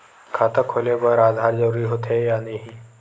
खाता खोले बार आधार जरूरी हो थे या नहीं?